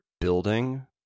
building